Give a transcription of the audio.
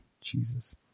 Jesus